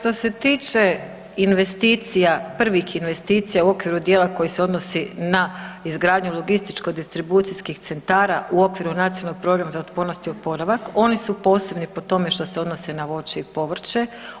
Dakle, što se tiče investicija, prvih investicija u okviru djela koji se odnosi na izgradnju logističko distribucijskih centara u okviru Nacionalnog programa za otpornost i oporavak oni su posebni po tome što se odnose na voće i povrće.